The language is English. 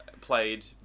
played